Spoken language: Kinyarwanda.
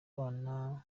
bana